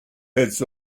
heads